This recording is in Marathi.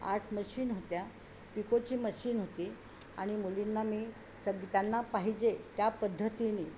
आठ मशीन होत्या पिकोची मशीन होती आणि मुलींना मी सग त्यांना पाहिजे त्या पद्धतीने